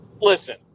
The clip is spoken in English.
Listen